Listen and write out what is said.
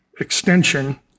Extension